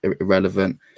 irrelevant